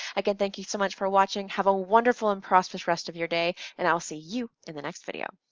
again thank you so much for watching, have a wonderful and prosperous rest of your day, and i will see you in the next video,